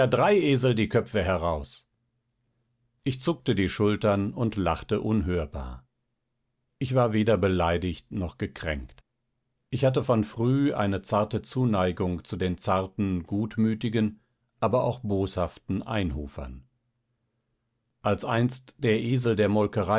drei esel die köpfe heraus ich zuckte die schultern und lachte unhörbar ich war weder beleidigt noch gekränkt ich hatte von früh eine zarte zuneigung zu den grauen gutmütigen aber auch boshaften einhufern als einst der esel der molkerei